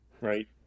Right